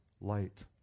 light